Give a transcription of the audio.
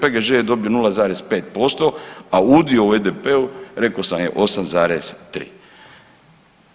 PGŽ je dobio 0,5%, a udio u BDP-u rekao sam je 8,3.